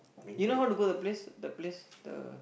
you know how to go to the place the place the